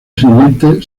siguiente